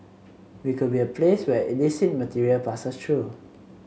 we could be a place where illicit material passes through